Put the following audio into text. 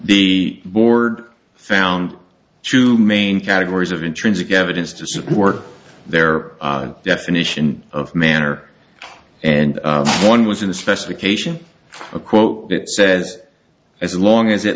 the board found two main categories of intrinsic evidence to support their definition of manner and one was in the specification a quote that says as long as at